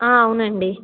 అవునండి